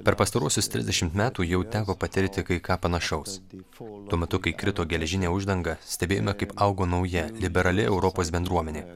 per pastaruosius trisdešimt metų jau teko patirti kai ką panašaus tuo metu kai krito geležinė uždanga stebėjome kaip augo nauja liberali europos bendruomenė